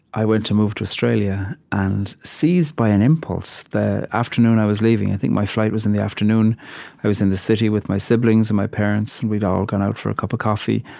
i went to move to australia, and seized by an impulse the afternoon i was leaving i think my flight was in the afternoon i was in the city with my siblings and my parents, and we'd all gone out for a cup of coffee,